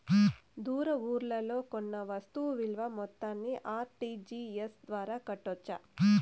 దూర ఊర్లలో కొన్న వస్తు విలువ మొత్తాన్ని ఆర్.టి.జి.ఎస్ ద్వారా కట్టొచ్చా?